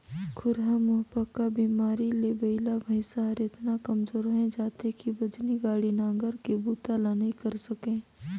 खुरहा मुहंपका बेमारी ले बइला भइसा हर एतना कमजोर होय जाथे कि बजनी गाड़ी, नांगर के बूता ल नइ करे सके